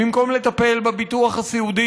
במקום לטפל בביטוח הסיעודי,